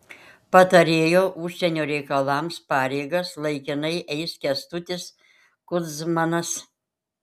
patarėjo užsienio reikalams pareigas laikinai eis kęstutis kudzmanas